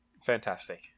Fantastic